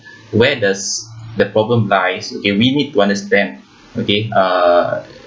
where does the problem lies okay we need to understand okay uh